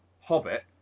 Hobbit